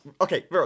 okay